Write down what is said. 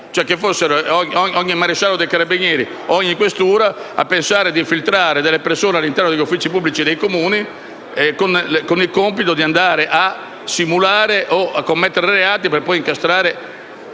cioè che ogni maresciallo dei carabinieri e ogni questura pensasse da se di infiltrare persone all'interno degli uffici pubblici dei Comuni con il compito di simulare o commettere reati per poi incastrare